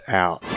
out